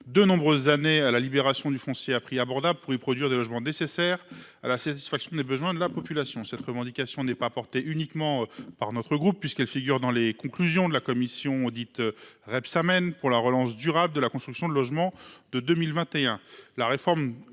de nombreuses années, à la libération du foncier à un prix abordable pour y produire les logements nécessaires à la satisfaction des besoins de la population. Cette revendication n’est pas portée uniquement par notre groupe, puisqu’elle figure dans les conclusions de la commission, dite Rebsamen, pour la relance durable de la construction de logements, qui